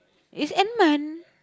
is Edmund